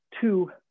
Two